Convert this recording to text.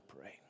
pray